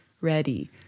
ready